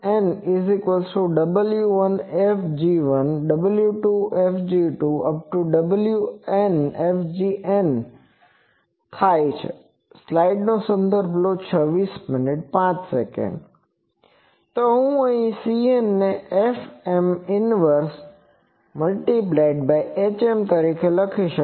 Fmn 〈w1F 〉 〈w1F 〉 〈w2F 〉 〈w2 F〉 તો હું Cn ને Fmn 1 hm તરીકે લખી શકુ છુ